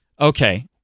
okay